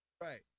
right